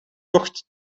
tocht